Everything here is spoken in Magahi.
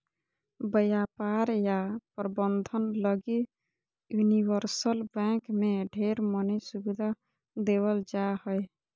व्यापार या प्रबन्धन लगी यूनिवर्सल बैंक मे ढेर मनी सुविधा देवल जा हय